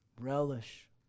Relish